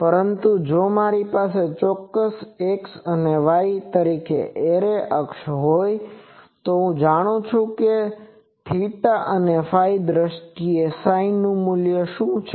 પરંતુ જો મારી પાસે ચોક્કસ X અને Y તરીકે એરે અક્ષ હોય તો હું જાણું છું કે θϕની દ્રષ્ટિએ આ ψ નું મૂલ્ય શું છે